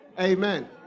Amen